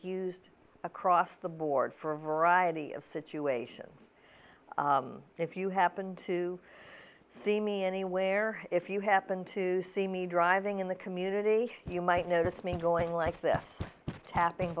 used across the board for a variety of situations if you happen to see me anywhere if you happen to see me driving in the community you might notice me going like this tapping